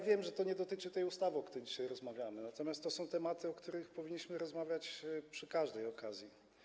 Wiem, że to nie dotyczy ustawy, o której dzisiaj rozmawiamy, natomiast to są sprawy, o których powinniśmy rozmawiać przy każdej okazji.